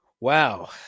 Wow